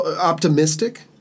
optimistic